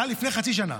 זה היה לפני חצי שנה.